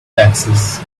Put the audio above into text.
taxes